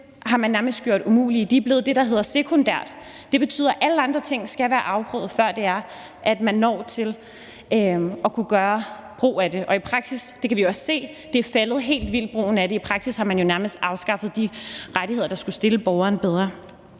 har man nærmest gjort umulige; de er blevet det, der hedder sekundære. Det betyder, at alle andre ting skal være afprøvet, før man når til at kunne gøre brug af dem. I praksis – det kan vi også se – er brugen af det faldet helt vildt. I praksis har man jo nærmest afskaffet de rettigheder, der skulle stille borgeren bedre.